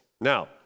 Now